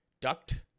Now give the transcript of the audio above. duct